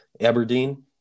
Aberdeen